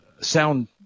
sound